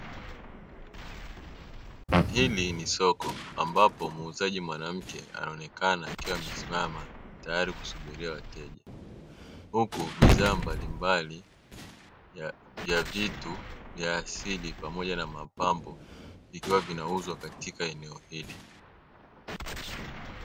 Hili ni soko ambapo muuzaji mwanamke anaonekana, akiwa amesimama tayari kusubiria wateja huku bidhaa mbalimbali za vitu pamoja na mapambo vikiwa vinauzwa katika eneo hili.